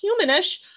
humanish